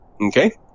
Okay